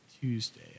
Tuesday